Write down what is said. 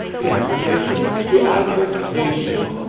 the application! the application!